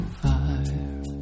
fire